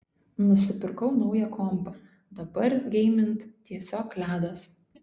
nusipirkau naują kompą dabar geimint tiesiog ledas